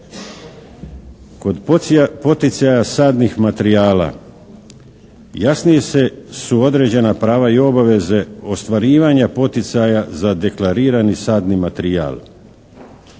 Kod poticaja sadnih materijala jasnije su određena prava i obaveze ostvarivanja poticaja za deklarirani sadni materijal.